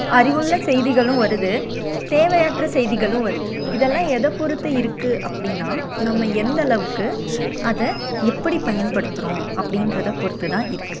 அறிவுள்ள செய்திகளும் வருது தேவையற்ற செய்திகளும் வருது இதெல்லாம் எதை பொறுத்து இருக்குது அப்படினா நம்ம எந்த அளவுக்கு அதை எப்படி பயன்படுத்துகிறோம் அப்படின்றத பொறுத்து தான் இருக்குது